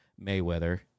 Mayweather